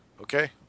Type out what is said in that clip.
Okay